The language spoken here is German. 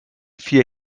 vier